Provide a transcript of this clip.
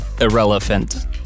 Irrelevant